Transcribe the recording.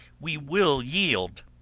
we will yield.